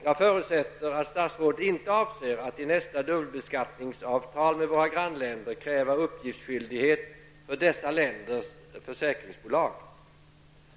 Jag förutsätter att statsrådet inte avser att i nästa dubbelbeskattningsavtal med våra grannländer kräva uppgiftsskyldighet för dessa länders försäkringsbolag.